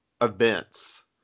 events